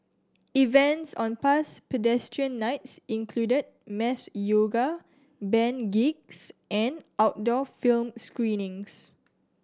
events on past Pedestrian Nights included mass yoga band gigs and outdoor film screenings